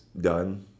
done